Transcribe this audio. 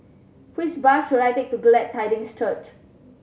which bus should I take to Glad Tidings Church